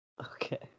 Okay